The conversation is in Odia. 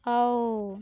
ଆଉ